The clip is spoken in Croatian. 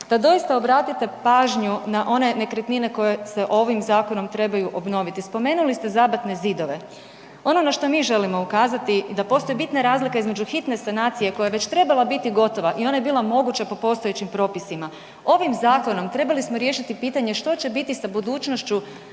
da doista obratite pažnju na one nekretnine koje se ovim zakonom trebaju obnoviti. Spomenuli ste zabatne zidove. Ono na šta mi želimo ukazati da postoji bitna razlika između hitne sanacije koja je već trebala biti gotova i ona je bila moguća po postojećim propisima. Ovim zakonom trebali smo riješiti pitanje što će biti sa budućnošću